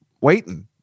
waiting